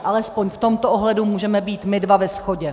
Alespoň v tomto ohledu můžeme být my dva ve shodě.